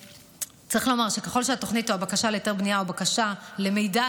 צריך לומר שככל שהתוכנית או הבקשה להיתר בנייה או בקשה למידע